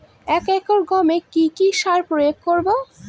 এক একর গমে কি কী সার প্রয়োগ করব?